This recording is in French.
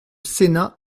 sénat